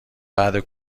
بعده